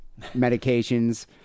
medications